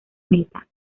meta